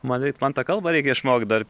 ma reik man tą kalbą reikia išmokt dar